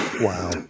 Wow